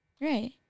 Right